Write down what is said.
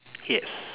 yes